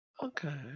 Okay